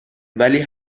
ولی